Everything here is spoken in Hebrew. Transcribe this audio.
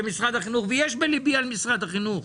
משרד החינוך ויש בליבי על משרד החינוך.